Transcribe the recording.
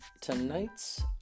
tonight's